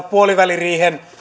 puoliväliriihen